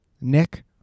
Nick